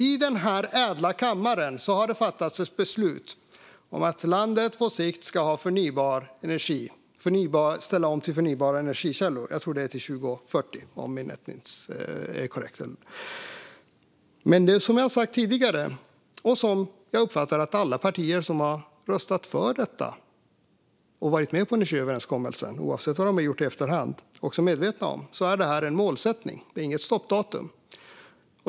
I denna ädla kammare har det fattats ett beslut om att landet på sikt ska ställa om till förnybara energikällor. Jag tror att det är till 2040, om jag minns korrekt. Men som jag har sagt tidigare och som jag uppfattar att alla partier som har röstat för detta och varit med på energiöverenskommelsen, oavsett vad de har gjort i efterhand, också är medvetna om är detta en målsättning, inget stoppdatum.